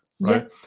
right